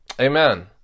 amen